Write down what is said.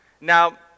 Now